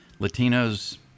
Latinos